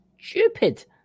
stupid